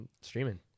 streaming